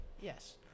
yes